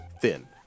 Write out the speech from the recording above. thin